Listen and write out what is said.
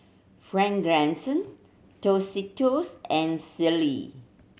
Fragrance Tostitos and Sealy